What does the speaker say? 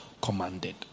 commanded